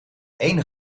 één